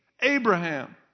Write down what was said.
Abraham